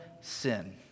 sin